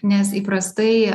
nes įprastai